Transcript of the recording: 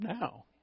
now